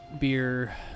beer